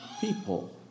people